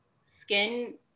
skin